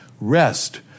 rest